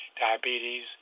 diabetes